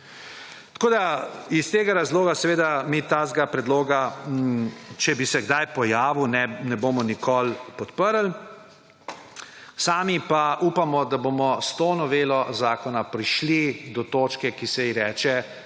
Tako da s tega razloga mi takega predloga, če bi se kdaj pojavil, ne bomo nikoli podprli. Sami pa upamo, da bomo s to novelo zakona prišli do točke, ki se ji reče,